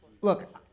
look